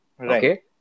Okay